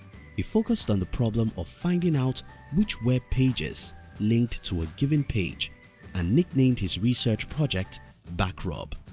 he focused on the problem of finding out which web pages linked to a given page and nicknamed his research project backrub.